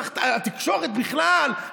התקשורת בכלל,